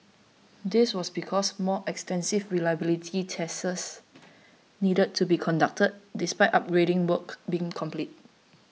this was because more extensive reliability tests needed to be conducted despite upgrading work being complete